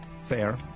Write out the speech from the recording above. fair